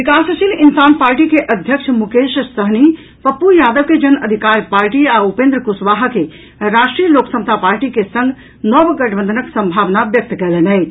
विकासशील इंसान पार्टी के अध्यक्ष मुकेश सहनी पप्पू यादव के जन अधिकार पार्टी आ उपेंद्र कुशवाहा के राष्ट्रीय लोक समता पार्टी के संग नव गठबंधनक संभावना व्यक्त कयलनि अछि